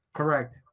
correct